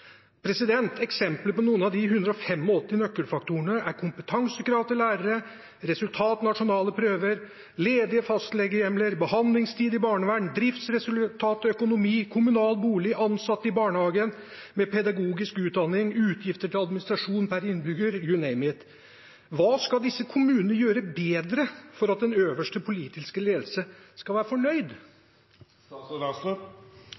på noen av de 185 nøkkelfaktorene er kompetansekrav til lærere, resultat nasjonale prøver, ledige fastlegehjemler, behandlingstid i barnevern, driftsresultat, økonomi, kommunal bolig, ansatte i barnehagen med pedagogisk utdanning, utgifter til administrasjon per innbygger – «you name it». Hva skal disse kommunene gjøre bedre for at den øverste politiske ledelse skal være